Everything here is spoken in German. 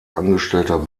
angestellter